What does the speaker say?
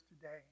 today